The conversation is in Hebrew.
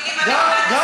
המצב ילך,